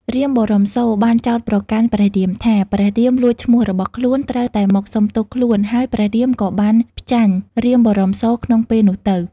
រាមបរសូរ បានចោទប្រកាន់ព្រះរាមថា ព្រះរាមលួចឈ្មោះរបស់ខ្លួន ត្រូវតែមកសុំទោសខ្លួន ហើយព្រះរាមក៏បានផ្ចាញ់រាមបរមសូរក្នុងពេលនោះទៅ។